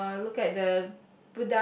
uh look at the